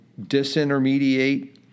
disintermediate